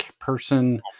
person